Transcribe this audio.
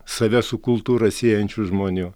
save su kultūra siejančių žmonių